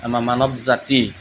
আমাৰ মানৱ জাতিৰ